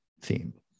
theme